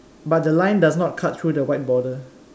but the line does not cut through the white border